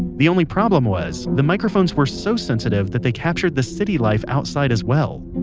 the only problem was, the microphones were so sensitive that they captured the city life outside as well.